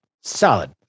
Solid